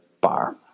bar